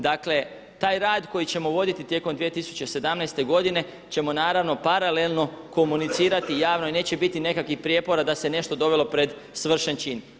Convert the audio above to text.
Dakle, taj rad koji ćemo voditi tijekom 2017. godine ćemo naravno paralelno komunicirati javno i neće biti nekakvih prijepora da se nešto dovelo pred svršen čin.